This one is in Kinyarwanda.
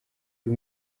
uyu